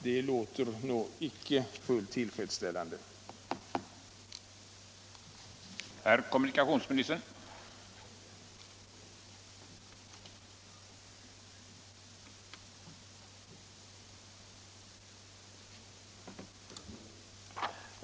Det låter inte fullt tillfredsställande. rullande materiel för SJ